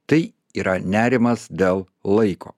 tai yra nerimas dėl laiko